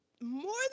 More